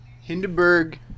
Hindenburg